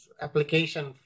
application